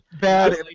Bad